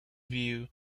view